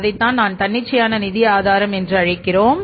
அதைத்தான் நான் தன்னிச்சையான நிதி ஆதாரம் என்று அழைக்கிறோம்